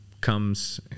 comes